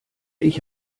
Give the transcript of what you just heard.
ich